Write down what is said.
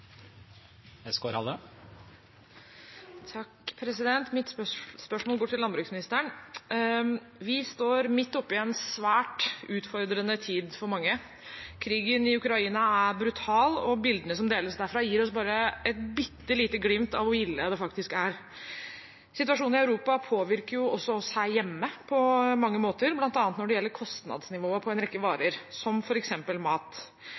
Mitt spørsmål går til landbruksministeren. Vi står midt oppe i en svært utfordrende tid for mange. Krigen i Ukraina er brutal, og bildene som deles derfra, gir oss bare et bitte lite glimt av hvor ille det faktisk er. Situasjonen i Europa påvirker også oss her hjemme på mange måter, bl.a. når det gjelder kostnadsnivået på en rekke varer som f.eks. mat.